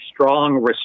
strong